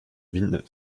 villeneuve